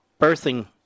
birthing